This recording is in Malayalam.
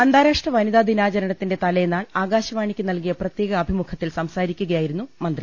അന്താരാഷ്ട്ര വനിതാ ദിനാചരണത്തിന്റെ തലേനാൾ ആകാശവാ ണിക്ക് നൽകിയ പ്രത്യേക അഭിമുഖത്തിൽ സംസാരിക്കുകയായിരുന്നു മന്ത്രി